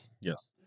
Yes